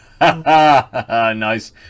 nice